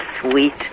sweet